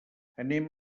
anem